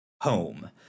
home